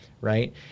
right